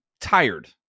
tired